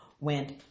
went